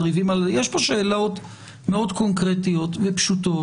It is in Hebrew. יש פה שאלות מאוד קונקרטיות ופשוטות.